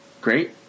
great